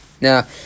Now